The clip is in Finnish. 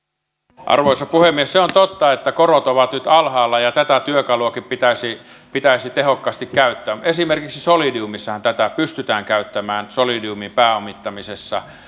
arvoisa puhemies se on totta että korot ovat nyt alhaalla ja tätä työkaluakin pitäisi pitäisi tehokkaasti käyttää esimerkiksi solidiumissahan tätä pystytään käyttämään solidiumin pääomittamisessa